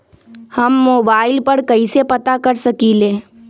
हम मोबाइल पर कईसे पता कर सकींले?